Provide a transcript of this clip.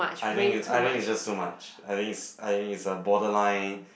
I think I think it's just too much I think I think it's a borderline